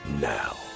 Now